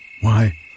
Why